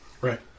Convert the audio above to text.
Right